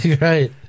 Right